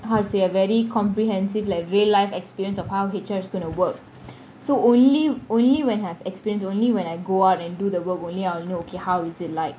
how to say a very comprehensive like real life experience of how H_R is going to work so only only when I have experience only when I go out and do the work only I'll know okay how is it like